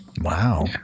Wow